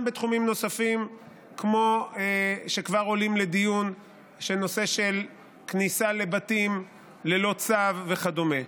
בתחומים נוספים שכבר עולים לדיון כמו הנושא של כניסה לבתים ללא צו וכדומה.